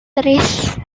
tres